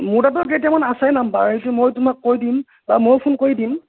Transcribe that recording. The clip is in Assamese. মোৰ তাতো কেইটামান আছে নাম্বাৰ এইটো মই তোমাক কৈ দিম বা মই ফোন কৰি দিম